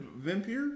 Vampire